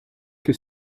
que